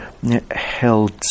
held